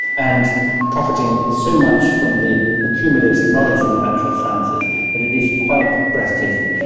and profiting so much from the accumulative knowledge in the natural sciences it it is quite breathtaking.